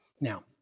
Now